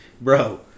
Bro